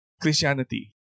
Christianity